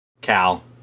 Cal